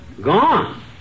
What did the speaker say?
Gone